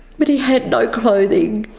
but he had no clothing,